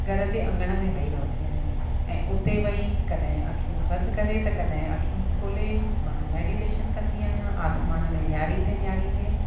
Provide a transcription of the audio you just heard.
घर जे अङण में वेही रहंदी आहियां ऐं उते वेही कॾहिं अखियूं बंदि करे त कॾहिं अखियूं खोले मां मेडीटेशन कंदी आहियां आसमान में निहारींदे निहारींदे